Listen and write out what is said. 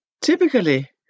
Typically